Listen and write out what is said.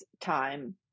time